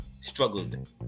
struggled